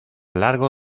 largo